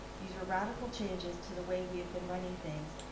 these were radical changes to the way we have been running things.